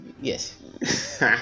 Yes